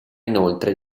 inoltre